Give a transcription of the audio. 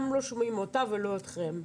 גם לא שומעים אותה ולא אתכם.